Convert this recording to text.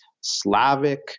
Slavic